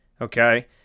okay